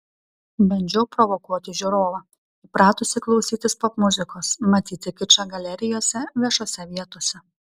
bandžiau provokuoti žiūrovą įpratusį klausytis popmuzikos matyti kičą galerijose viešose vietose